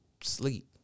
sleep